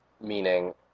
meaning